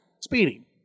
Speeding